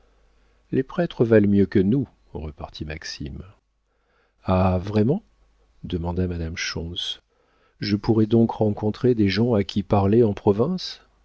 les prêtres valent mieux que nous repartit maxime ah vraiment demanda madame schontz je pourrai donc rencontrer des gens à qui parler en province